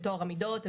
בטוהר המידות,